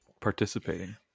participating